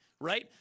Right